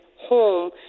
home